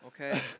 Okay